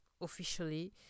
officially